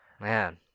Man